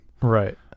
Right